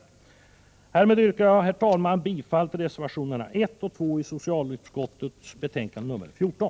Härmed yrkar jag, herr talman, bifall till reservationerna 1 och 2 i socialutskottets betänkande nr 14.